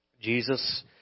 Jesus